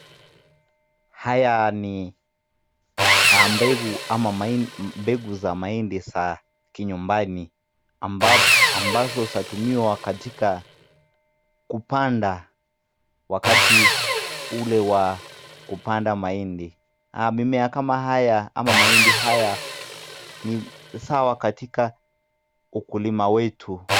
Haya ni mbegu ama mbegu za mahindi za kinyumbani ambazo zatumiwa katika kupanda wakati ule wa kupanda mahindi. Mimea kama haya ama mahindi haya ni sawa katika ukulima wetu.